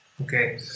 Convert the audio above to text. Okay